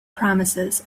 promises